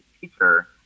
teacher